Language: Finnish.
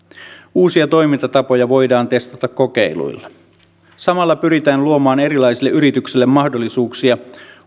uusia toimintatapoja voidaan testata kokeiluilla samalla pyritään luomaan erilaisille yrityksille mahdollisuuksia